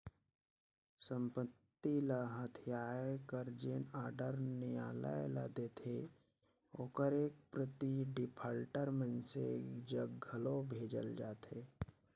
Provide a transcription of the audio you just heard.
संपत्ति ल हथियाए कर जेन आडर नियालय ल देथे ओकर एक प्रति डिफाल्टर मइनसे जग घलो भेजल जाथे